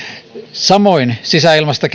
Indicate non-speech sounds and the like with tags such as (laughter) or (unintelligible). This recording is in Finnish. samoin sisäilmasta (unintelligible)